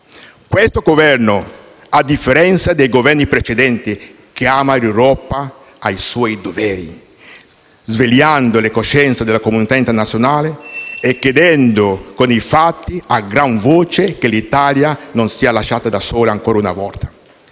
Questo Governo, a differenza dei Governi precedenti, chiama l'Europa ai suoi doveri, svegliando la coscienza della comunità internazionale e chiedendo con i fatti e a gran voce che l'Italia non sia lasciata da sola ancora una volta: